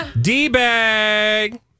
D-Bag